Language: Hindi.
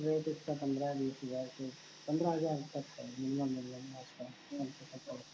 रेट इसका पन्द्रह बीस हज़ार से पन्द्रा हज़ार तक है मिनिमम मिनिमम आपका कम से कम पड़